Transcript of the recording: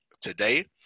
today